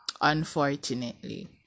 Unfortunately